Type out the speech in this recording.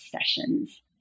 sessions